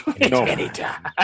Anytime